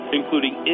including